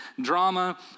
drama